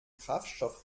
kraftstoff